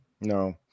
No